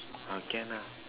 ah can lah